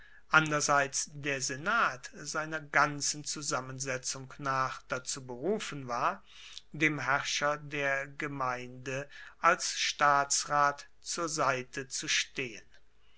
anderseits der senat seiner ganzen zusammensetzung nach dazu berufen war dem herrscher der gemeinde als staatsrat zur seite zu stehen